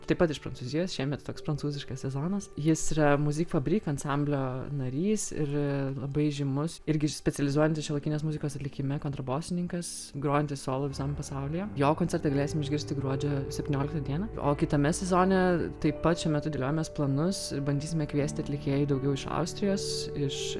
taip pat iš prancūzijos šiemet toks prancūziškas sezonas jis yra muzyk fabrik ansamblio narys ir labai žymus irgi specializuojantis šiuolaikinės muzikos atlikime kontrabosininkas grojantis solo visam pasaulyje jo koncertą galėsim išgirsti gruodžio septynioliktą dieną o kitame sezone taip pat šiuo metu dėliojamės planus bandysime kviesti atlikėjų daugiau iš austrijos iš